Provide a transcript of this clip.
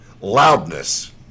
Loudness